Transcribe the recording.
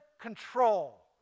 control